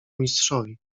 mistrzowi